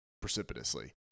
precipitously